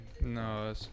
No